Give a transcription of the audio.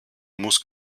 muss